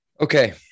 Okay